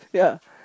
ya